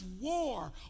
war